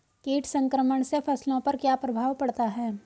कीट संक्रमण से फसलों पर क्या प्रभाव पड़ता है?